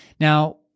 Now